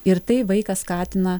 ir tai vaiką skatina